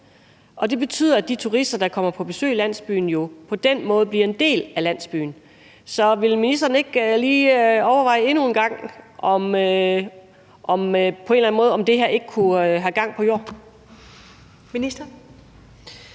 det betyder, at de turister, der kommer på besøg i landsbyen, jo på den måde bliver en del af landsbyen. Så vil ministeren ikke lige overveje endnu en gang, om ikke det her på en